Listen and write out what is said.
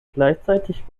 gleichzeitig